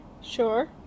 Sure